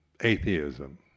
atheism